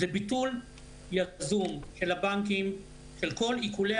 זה ביטול יזום של הבנקים של כל עיקולי